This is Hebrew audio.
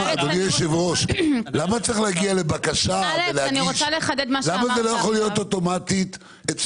הוא יכול להעביר את זה באוטומט.